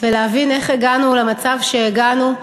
ולהבין איך הגענו למצב שהגענו,